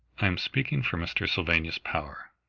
i am speaking for mr. sylvanus power.